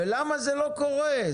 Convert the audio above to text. למה זה לא קורה?